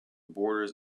borders